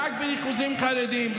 רק בריכוזים חרדיים,